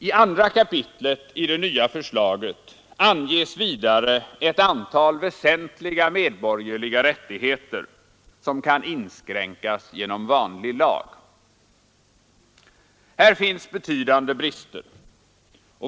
I 2 kap. i det nya förslaget anges vidare ett antal väsentliga medborgerliga rättigheter som kan inskränkas genom vanlig lag. Här finns betydande brister.